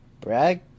Brag